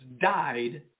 died